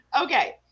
Okay